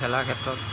খেলাৰ ক্ষেত্ৰত